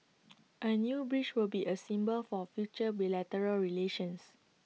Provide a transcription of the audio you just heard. A new bridge would be A symbol for future bilateral relations